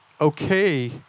okay